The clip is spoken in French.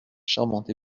charmante